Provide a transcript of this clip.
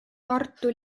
tartu